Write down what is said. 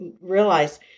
realize